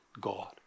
God